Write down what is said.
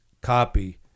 Copy